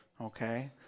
Okay